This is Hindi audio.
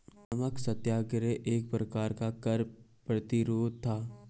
नमक सत्याग्रह एक प्रकार का कर प्रतिरोध था